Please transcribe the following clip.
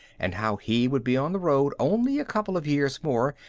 and how he would be on the road only a couple of years more,